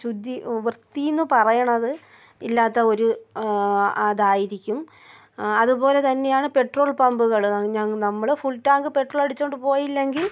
ശുചീ വൃത്തിയെന്ന് പറയുന്നത് ഇല്ലാത്ത ഒരു അതായിരിക്കും അതുപോലെ തന്നെയാണ് പെട്രോൾ പമ്പുകൾ ഞങ്ങൾ നമ്മൾ ഫുള്ള് ടാങ്ക് പെട്രോൾ അടിച്ചോണ്ട് പോയില്ലെങ്കിൽ